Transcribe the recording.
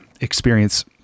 experience